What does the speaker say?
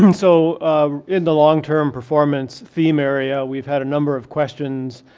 um so um in the longterm performance theme area, we've had a number of questions